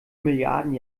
milliarden